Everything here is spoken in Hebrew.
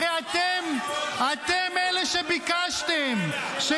הרי אתם, אתם אלה שביקשתם -- לא אתמול, לא אתמול.